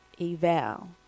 eval